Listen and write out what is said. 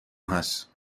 هست